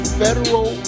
federal